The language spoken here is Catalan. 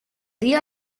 dia